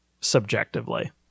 subjectively